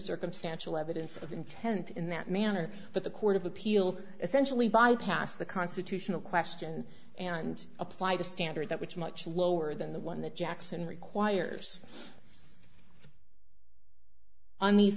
circumstantial evidence of intent in that manner but the court of appeal essentially bypassed the constitutional question and applied a standard that which much lower than the one that jackson requires on these